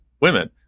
women